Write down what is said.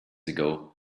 ago